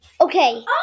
Okay